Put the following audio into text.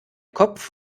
kopf